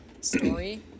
story